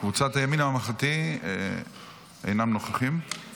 קבוצת הימין הממלכתי אינם נוכחים,